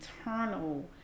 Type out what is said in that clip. eternal